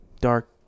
dark